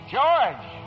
George